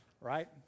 right